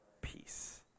Peace